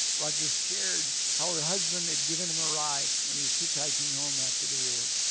roger shared how her husband had given him a ride when he was hitchhiking home after the war.